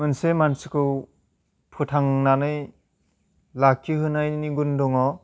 मोनसे मानसिखौ फोथांनानै लाखिहोनायनि गुन दङ